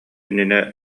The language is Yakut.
иннинэ